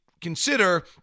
consider –